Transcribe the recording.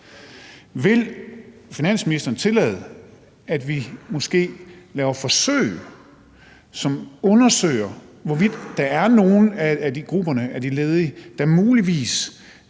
Vil finansministeren tillade, at vi måske laver forsøg, hvor vi undersøger, hvorvidt der er nogle i grupperne blandt